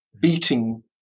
beating